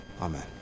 amen